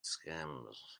scams